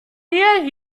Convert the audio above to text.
ner